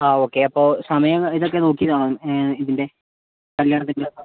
ആ ഓക്കേ അപ്പോൾ സമയം ഇതൊക്കെ നോക്കിയതാണോ ഇതിൻ്റെ കല്യാണത്തിൻ്റെ